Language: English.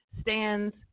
stands